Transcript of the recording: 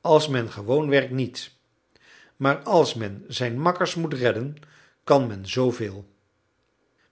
als men gewoon werkt niet maar als men zijn makkers moet redden kan men zoo veel